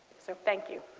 so thank you.